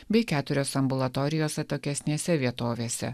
bei keturios ambulatorijos atokesnėse vietovėse